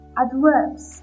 adverbs